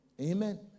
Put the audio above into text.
Amen